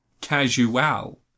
Casual